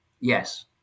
Yes